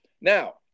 Now